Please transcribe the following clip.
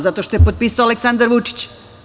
Zato što ga je potpisao Aleksandar Vučić.